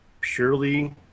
purely